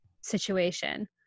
situation